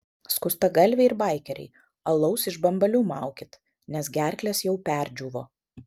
skustagalviai ir baikeriai alaus iš bambalių maukit nes gerklės jau perdžiūvo